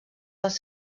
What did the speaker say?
dels